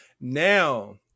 Now